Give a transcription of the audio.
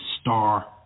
star